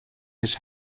his